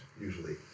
usually